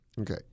Okay